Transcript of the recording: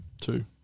Two